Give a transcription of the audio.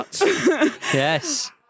yes